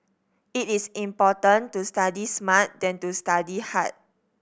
it is important to study smart than to study hard